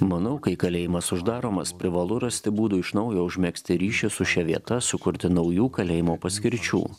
manau kai kalėjimas uždaromas privalu rasti būdų iš naujo užmegzti ryšį su šia vieta sukurti naujų kalėjimo paskirčių